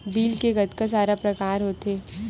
Bill के कतका सारा प्रकार होथे?